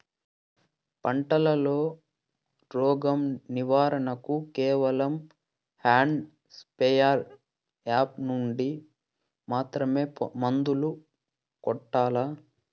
పంట లో, రోగం నివారణ కు కేవలం హ్యాండ్ స్ప్రేయార్ యార్ నుండి మాత్రమే మందులు కొట్టల్లా?